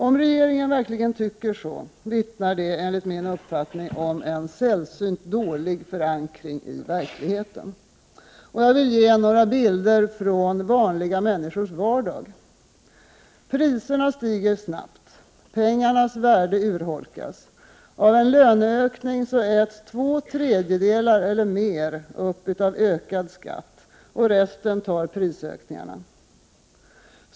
Om regeringen verkligen tycker så, vittnar det enligt min uppfattning om en sällsynt dålig förankring i verkligheten. Jag vill ge några bilder från vanliga människors vardag. Priserna stiger snabbt. Pengarnas värde urholkas. Av en löneökning äts två tredjedelar eller mer upp av ökad skatt och resten tar prisökningarna.